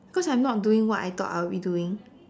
cause I'm not doing what I thought I'll be doing